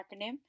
acronym